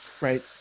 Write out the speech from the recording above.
right